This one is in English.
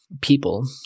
people